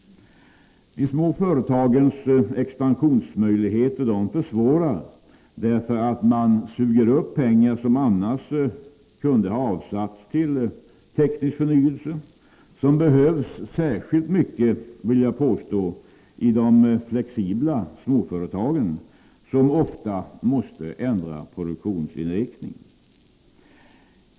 De små företagens expansionsmöjligheter försvåras, därför att man suger upp pengar som annars kunde ha avsatts till teknisk förnyelse, som behövs särskilt mycket — vill jag påstå — i de flexibla småföretagen, som ofta måste ändra produktionsinriktning.